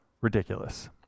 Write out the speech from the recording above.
ridiculous